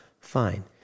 fine